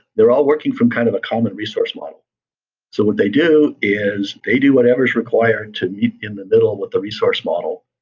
they're all working from kind of a common resources model so what they do is they do whatever is required to leap in the middle with the resource model.